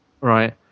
Right